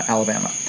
Alabama